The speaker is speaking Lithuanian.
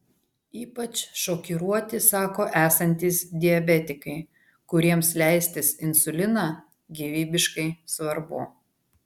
ypač šokiruoti sako esantys diabetikai kuriems leistis insuliną gyvybiškai svarbu